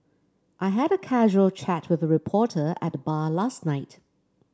I had a casual chat with a reporter at the bar last night